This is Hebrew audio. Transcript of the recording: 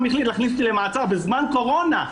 החליט להכניס אותי למעצר בזמן קורונה,